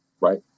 Right